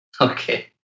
Okay